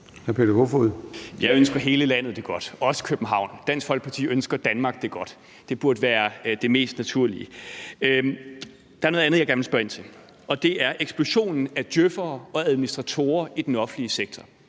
Jeg ønsker hele landet det godt, også København. Dansk Folkeparti ønsker Danmark det godt. Det burde være det mest naturlige. Der er noget andet, jeg gerne vil spørge ind til, og det er eksplosionen af djøf'ere og administratorer i den offentlige sektor.